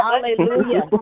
Hallelujah